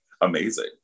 amazing